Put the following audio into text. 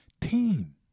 team